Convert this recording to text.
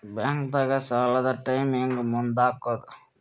ಬ್ಯಾಂಕ್ದಾಗ ಸಾಲದ ಟೈಮ್ ಹೆಂಗ್ ಮುಂದಾಕದ್?